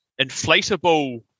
inflatable